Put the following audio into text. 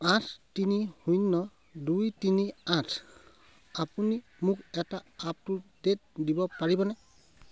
আঠ তিনি শূন্য দুই তিনি আঠ আপুনি মোক এটা আপ টু ডে'ট দিব পাৰিবনে